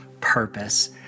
purpose